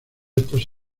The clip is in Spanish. estos